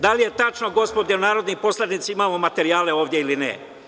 Da li je tačno gospodo narodni poslanici, malo materijala ovde ili ne?